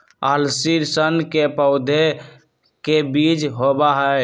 अलसी सन के पौधे के बीज होबा हई